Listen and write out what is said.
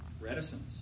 Reticence